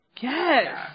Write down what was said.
Yes